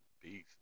Peace